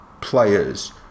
players